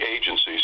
agencies